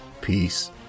Peace